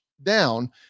down